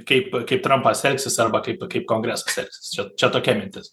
kaip kaip trumpas elgsis arba kaip kaip kongresas elgsis čia čia tokia mintis